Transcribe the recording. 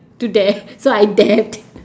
to dab so I dabbed